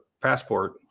passport